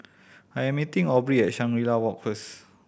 I am meeting Aubrey at Shangri La Walk first